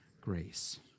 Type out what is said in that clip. grace